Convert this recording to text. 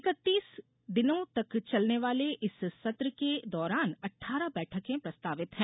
इकतीस दिनों तक चलने वाले इस सत्र के दौरान अठारह बैठकें प्रस्तावित है